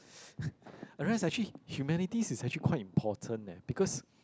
I realise actually humanities is actually quite important leh because